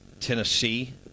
Tennessee